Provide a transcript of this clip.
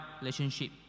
relationship